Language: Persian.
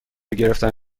گرفتن